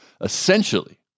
essentially